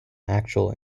actual